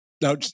Now